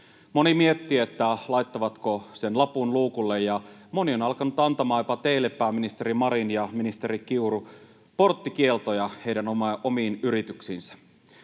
Moni miettii, laittaako sen lapun luukulle, ja moni on alkanut antamaan jopa teille, pääministeri Marin ja ministeri Kiuru, porttikieltoja omiin yrityksiinsä.